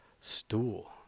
stool